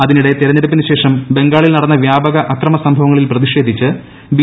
അതിനിടെ തെരഞ്ഞെടുപ്പിന് ് ശേഷം ബംഗാളിൽ നടന്ന വ്യാപക അക്രമ സംഭവങ്ങളിൽ ഫ്രിൽഷേധിച്ച് ബി